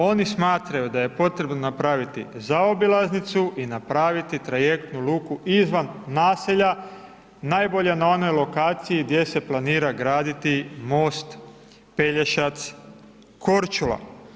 Oni smatraju da je potrebno napraviti zaobilaznicu i napraviti trajektnu luku izvan naselja, najbolje na onoj lokaciji gdje se planira graditi most Pelješac-Korčula.